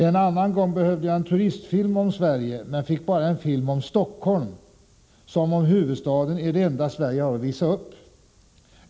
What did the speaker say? ———- En annan gång behövde jag en turistfilm om Sverige men fick bara en film om Stockholm, som om huvudstaden är det enda Sverige har att visa upp.